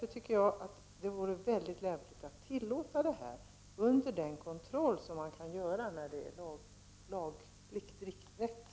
Jag tycker att det vore mycket lämpligt att tillåta flyktingar att arbeta, under sådan kontroll som kan utövas när det hela försiggår i lagliga former.